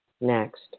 next